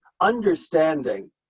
understanding